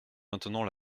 maintenant